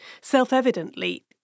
self-evidently